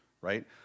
right